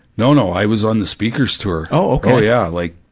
no, no, i was on the speaker's tour. oh, ok. oh yeah, like,